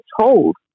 told